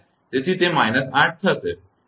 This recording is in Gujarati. તેથી તે −8 થશે